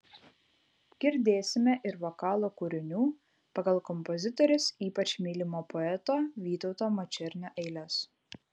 girdėsime ir vokalo kūrinių pagal kompozitorės ypač mylimo poeto vytauto mačernio eiles